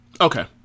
Okay